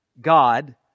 God